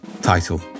Title